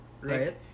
right